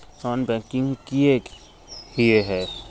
Non banking किए हिये है?